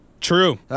True